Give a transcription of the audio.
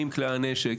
עם כלי הנשק,